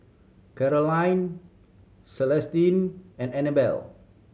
Carolyne Celestine and Anibal